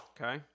Okay